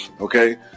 Okay